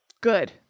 Good